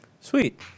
Sweet